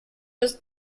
was